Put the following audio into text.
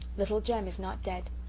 little jem is not dead.